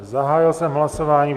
Zahájil jsem hlasování.